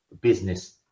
business